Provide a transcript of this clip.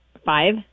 Five